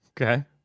Okay